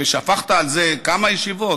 ושפכת על זה, כמה ישיבות?